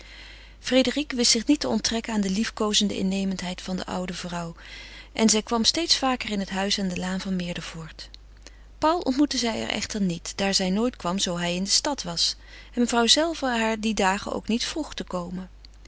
frédérique wist zich niet te onttrekken aan de liefkoozende innemendheid der oude vrouw en zij kwam steeds vaker en vaker in het huis der laan van meerdervoort paul ontmoette zij echter niet daar zij nooit kwam zoo hij in de stad was en mevrouw zelve haar die dagen ook niet vroeg te komen